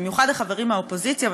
במיוחד לחברים מהאופוזיציה,